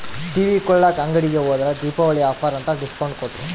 TV ಕೊಳ್ಳಾಕ ಅಂಗಡಿಗೆ ಹೋದ್ರ ದೀಪಾವಳಿ ಆಫರ್ ಅಂತ ಡಿಸ್ಕೌಂಟ್ ಕೊಟ್ರು